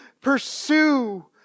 pursue